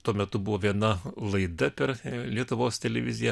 tuo metu buvo viena laida per lietuvos televiziją